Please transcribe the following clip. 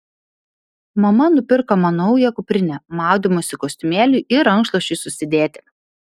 mama nupirko man naują kuprinę maudymosi kostiumėliui ir rankšluosčiui susidėti